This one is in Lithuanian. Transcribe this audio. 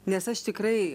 nes aš tikrai